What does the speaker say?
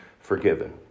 forgiven